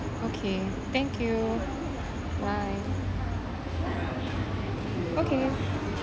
okay thank you bye okay